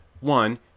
one